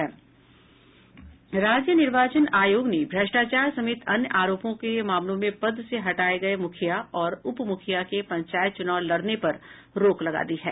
राज्य निर्वाचन आयोग ने भ्रष्टाचार समेत अन्य आरोपों के मामलों में पद से हटाये गये मुखिया और उपमुखिया के पंचायत चुनाव लड़ने पर रोक लगा दी है